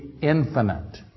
infinite